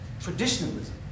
traditionalism